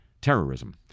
terrorism